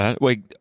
wait